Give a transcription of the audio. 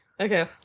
Okay